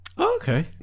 Okay